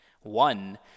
One